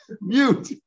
mute